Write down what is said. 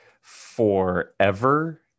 forever